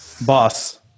Boss